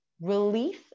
release